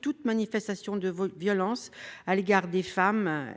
toute manifestation de violence à l'égard des femmes.